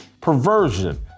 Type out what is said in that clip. perversion